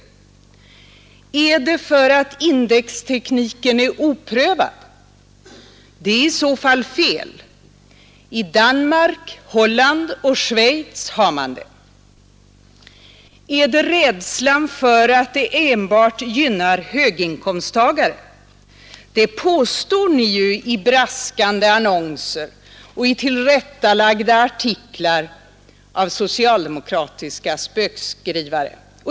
Är det för att indextekniken är oprövad? Det är i så fall fel! I Danmark, Holland och Schweiz har man inflationsskydd. Är det rädslan för att det enbart gynnar höginkomsttagare? Det påstår ni ju i braskande annonser och i tillrättalagda artiklar av socialdemokratiska spökskrivare.